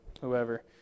whoever